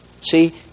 See